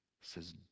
says